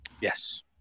yes